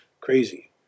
crazy